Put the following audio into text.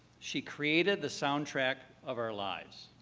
she created the soundtrack of our lives.